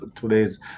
today's